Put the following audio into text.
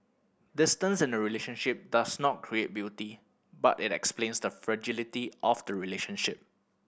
distance in a relationship does not create beauty but it explains the fragility of the relationship